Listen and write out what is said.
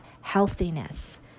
healthiness